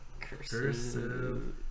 Cursive